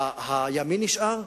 הימין נשאר,